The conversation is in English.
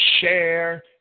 share